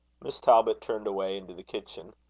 miss talbot turned away into the kitchen.